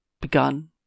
begun